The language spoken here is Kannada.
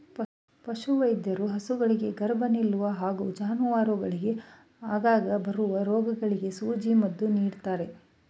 ಪಶುವೈದ್ಯರು ಹಸುಗಳಿಗೆ ಗರ್ಭ ನಿಲ್ಲುವ ಹಾಗೂ ಜಾನುವಾರುಗಳಿಗೆ ಆಗಾಗ ಬರುವ ರೋಗಗಳಿಗೆ ಸೂಜಿ ಮದ್ದು ನೀಡ್ತಾರೆ